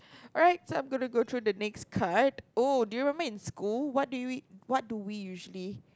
alright so I'm going to go through the next card oh do you remember in school what do we what do we usually